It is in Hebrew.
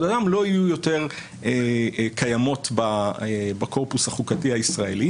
האדם והן לא יהיו קיימות יותר בקורפוס החוקתי הישראלי.